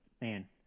man